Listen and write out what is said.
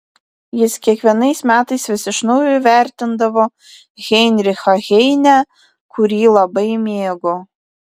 jis kiekvienais metais vis iš naujo įvertindavo heinrichą heinę kurį labai mėgo